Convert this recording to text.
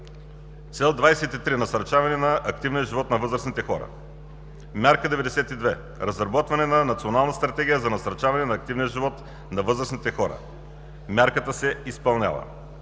Цел 23: Насърчаване на активния живот на възрастните хора. Мярка 92: Разработване на национална стратегия за насърчаване на активния живот на възрастните хора – мярката се изпълнява.